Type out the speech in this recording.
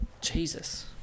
jesus